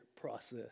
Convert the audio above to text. process